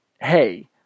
hey